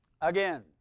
Again